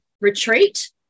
retreat